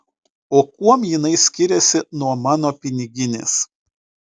o kuom jinai skiriasi nuo mano piniginės